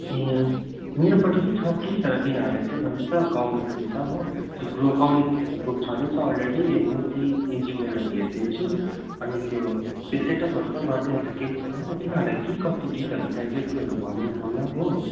ए मेरोपट्टि पनि छ कि तर तिनीहरू चाहिँ भन्छ गाउनेपट्टि छ हो गाउने ग्रुप छँदै छ अलरेडी म त्यही इन्ट्रुमेन्टहरू हेरिदिन्छु अनि त्यो सेटअपहरू त गरिदिइ हाल्छु केही छैन हो तिमीहरूलाई के कस्तो गीतहरू चाहिन्छ त्योहरू भन्यो भन हो